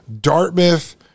Dartmouth